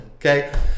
Okay